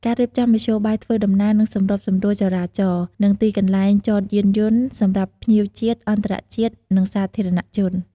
ការរៀបចំមធ្យោបាយធ្វើដំណើរ គឺសម្របសម្រួលចរាចរណ៍ និងទីកន្លែងចតយានយន្តសម្រាប់ភ្ញៀវជាតិ-អន្តរជាតិ និងសាធារណជន។